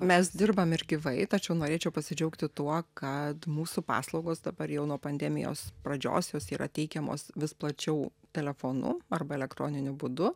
mes dirbam ir gyvai tačiau norėčiau pasidžiaugti tuo kad mūsų paslaugos dabar jau nuo pandemijos pradžios jos yra teikiamos vis plačiau telefonu arba elektroniniu būdu